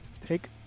take